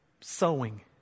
sewing